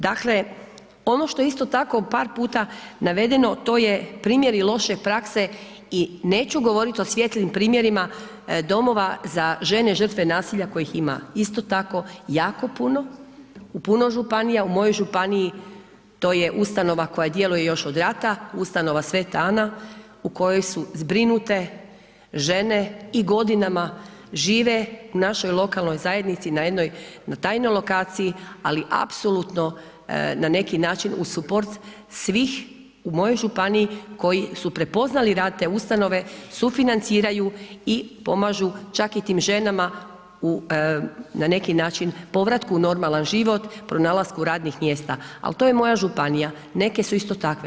Dakle ono što je isto tako par puta navedeno, to je primjeri loše prakse i neću govoriti o svijetlim primjerima domova za žene žrtve nasilja kojih ima isto tako jako puno, u puno županija, u mojoj županija, to je ustanova koja djeluje još od rata, ustanova Sv. Ana u kojoj su zbrinute žene i godinama žive u našoj lokalnoj zajednici na jednoj tajnoj lokaciji ali apsolutno na neki način uz suport svih u mojoj županiji koji su prepoznali da te sufinanciraju i pomažu čak i tim ženama u na neki način povratku u normalan život, pronalasku radnih mjesta ali to je moja županija, neke su isto takve.